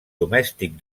domèstic